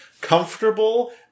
comfortable